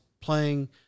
playing